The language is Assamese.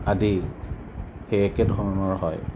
আদি সেই একে ধৰনৰ হয়